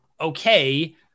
okay